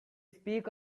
speak